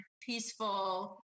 peaceful